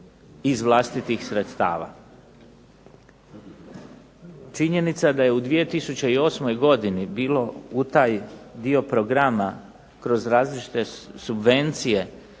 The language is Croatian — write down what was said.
iz vlastitih sredstava. Činjenica je da je u 2008. godini bilo u taj dio programa kroz različite subvencije